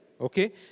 okay